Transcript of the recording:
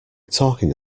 talking